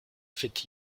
feit